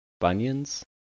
bunions